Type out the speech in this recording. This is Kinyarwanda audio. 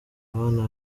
abana